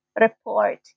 report